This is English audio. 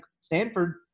Stanford